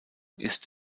ist